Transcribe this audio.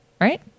right